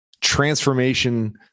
transformation